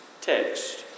text